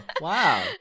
wow